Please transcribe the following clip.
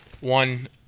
One